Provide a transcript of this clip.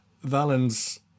Valens